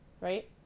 Right